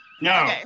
No